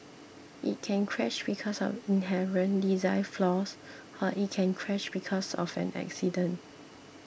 it can crash because of inherent design flaws or it can crash because of an accident